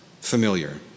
familiar